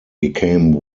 became